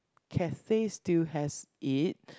cafe still has it